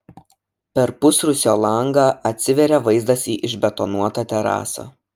per pusrūsio langą atsiveria vaizdas į išbetonuotą terasą